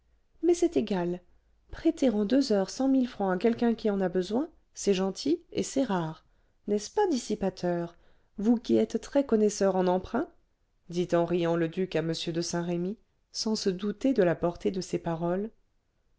mais c'est égal prêter en deux heures cent mille francs à quelqu'un qui en a besoin c'est gentil et c'est rare n'est-ce pas dissipateur vous qui êtes très connaisseur en emprunts dit en riant le duc à m de saint-remy sans se douter de la portée de ses paroles